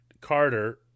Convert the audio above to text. Carter